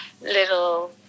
little